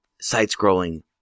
side-scrolling